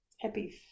Happy